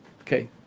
Okay